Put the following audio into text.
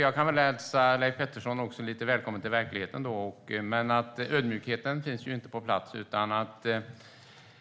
Jag kan hälsa Leif Pettersson välkommen till verkligheten, men ödmjukheten finns inte på plats.